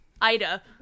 Ida